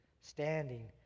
standing